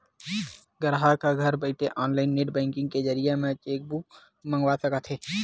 गराहक ह घर बइठे ऑनलाईन नेट बेंकिंग के जरिए म चेकबूक मंगवा सकत हे